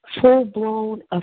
full-blown